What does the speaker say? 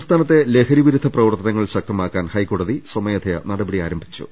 സംസ്ഥാനത്തെ ലഹരി വിരുദ്ധ പ്രവർത്തനങ്ങൾ ശക്തമാക്കാൻ ഹൈക്കോടതി സ്വമേധയാ നടപടി ആരംഭിച്ചു